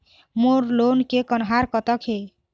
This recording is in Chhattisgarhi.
मोर लोन के कन्हार कतक हे?